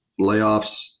layoffs